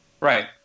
Right